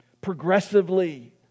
progressively